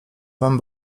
wam